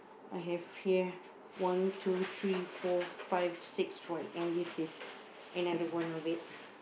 I have here one two three four five six for it and this is another one of it